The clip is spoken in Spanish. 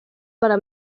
para